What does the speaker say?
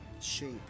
shape